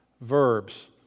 verbs